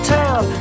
town